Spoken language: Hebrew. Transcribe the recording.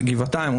גבעתיים,